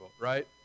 right